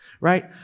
right